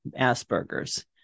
Asperger's